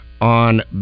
on